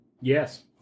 Yes